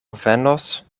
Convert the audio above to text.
venos